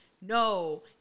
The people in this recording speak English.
no